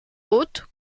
haute